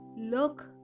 look